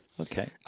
Okay